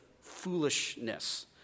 foolishness